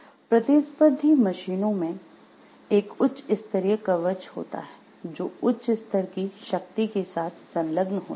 प्रतिस्पर्धी मशीनों में एक उच्च स्तरीय कवच होता है जो उच्च स्तर की शक्ति के साथ संलग्न होता है